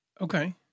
Okay